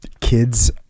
kids